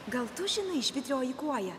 gal tu žinai žvitrioji kuoja